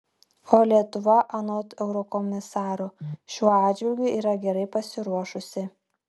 o lietuva anot eurokomisaro šiuo atžvilgiu yra gerai pasiruošusi